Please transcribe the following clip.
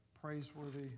praiseworthy